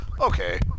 okay